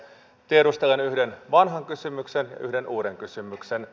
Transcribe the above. tiedustelen yhden vanhan kysymyksen ja yhden uuden kysymyksen